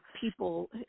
people